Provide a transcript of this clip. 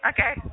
Okay